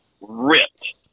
ripped